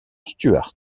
stuart